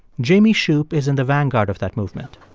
jamie shupe is in the vanguard of that movement.